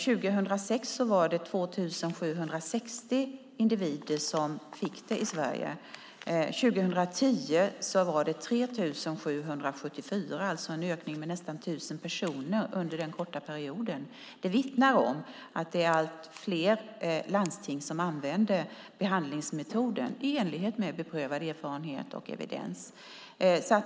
År 2006 var det 2 760 individer som fick detta i Sverige. År 2010 var det 3 774. Det är alltså en ökning med ungefär 1 000 personer under den korta perioden. Det vittnar om att det är allt fler landsting som använder behandlingsmetoden i enlighet med beprövad erfarenhet och evidens.